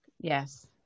yes